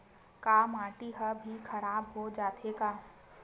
का माटी ह भी खराब हो जाथे का?